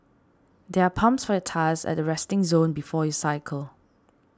there are pumps for your tyres at the resting zone before you cycle